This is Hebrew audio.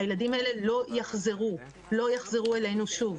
הילדים האלה לא יחזרו אלינו שוב.